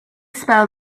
spell